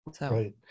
Right